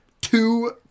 two